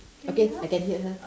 okay I can hear her